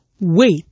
wait